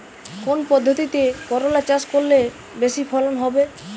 কোন পদ্ধতিতে করলা চাষ করলে বেশি ফলন হবে?